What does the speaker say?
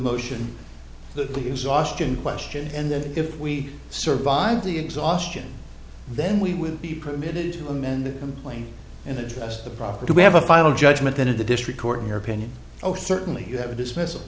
that the exhaustion question and then if we survive the exhaustion then we would be permitted to amend the complaint and address the property we have a final judgment then in the district court in your opinion oh certainly you have a dismiss